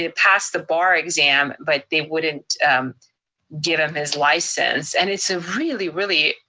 had passed the bar exam, but they wouldn't give him his license. and it's a really, really